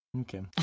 Okay